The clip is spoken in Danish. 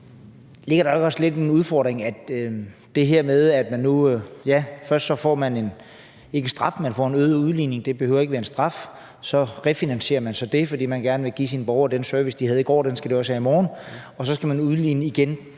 Ligger der ikke lidt en udfordring i det her med, at først får man en øget udligning – det behøver ikke være en straf – så refinansierer man det, fordi man gerne vil give sine borgere den service, de havde i går, og den skal de også have i morgen, og så skal man udligne igen